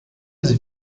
his